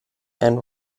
and